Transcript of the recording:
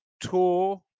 tour